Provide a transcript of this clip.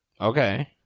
Okay